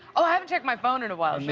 ah i haven't cheeked my phone in a while.